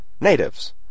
natives